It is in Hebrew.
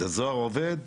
זוהר עובד,